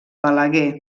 balaguer